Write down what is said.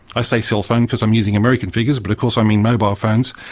i say cell phone because i'm using american figures, but of course i mean mobile phones.